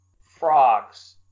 frogs